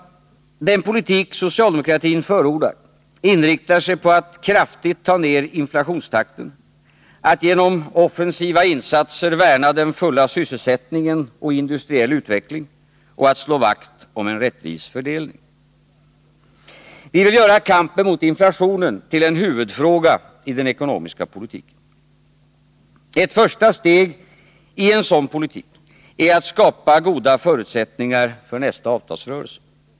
Den politik socialdemokratin förordar inriktar sig på att kraftigt ta ner inflationstakten, att genom offensiva insatser värna den fulla sysselsättningen och industriell utveckling och att slå vakt om en rättvis fördelning. Vi vill göra kampen met inflationen till en huvudfråga i den ekonomiska politiken. Ett första steg i en sådan politik är att skapa goda förutsättningar för nästa avtalsrörelse.